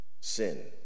sin